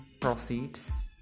proceeds